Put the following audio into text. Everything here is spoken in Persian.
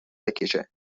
بکشه